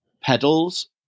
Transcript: pedals